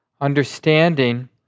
understanding